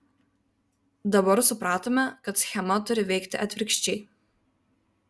dabar supratome kad schema turi veikti atvirkščiai